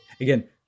again